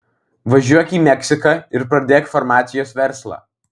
važiuok į meksiką ir pradėk farmacijos verslą